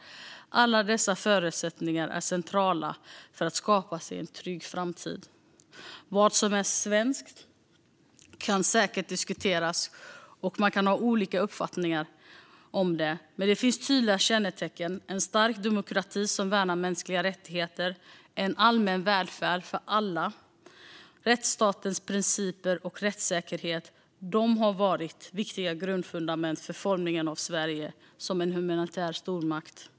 Alla dessa förutsättningar är centrala för att skapa sig en trygg framtid. Jämställdhet och ny-anlända invandrares etablering Vad som är svenskt kan säkert diskuteras, och man kan ha olika uppfattningar om det. Men det finns tydliga kännetecken: en stark demokrati som värnar mänskliga rättigheter, en allmän välfärd för alla, rättsstatens principer och rättssäkerhet. Detta har varit viktiga grundfundament för formandet av Sverige som en humanitär stormakt.